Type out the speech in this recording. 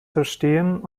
verstehen